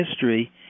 history